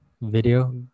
video